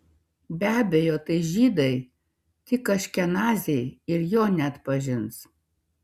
be abejo tai žydai tik aškenaziai ir jo neatpažins